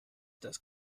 das